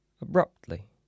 abruptly